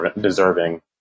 deserving